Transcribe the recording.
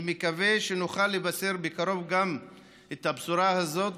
אני מקווה שנוכל לבשר בקרוב גם את הבשורה הזאת.